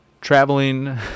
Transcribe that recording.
traveling